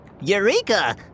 Eureka